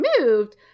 moved